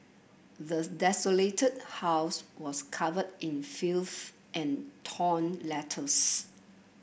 the desolated house was covered in filth and torn letters